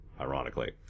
ironically